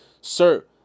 sir